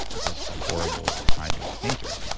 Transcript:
which is a horrible crime against nature.